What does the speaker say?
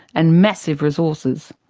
and massive resources.